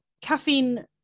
caffeine